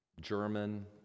German